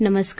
नमस्कार